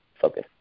focus